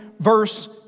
Verse